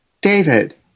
David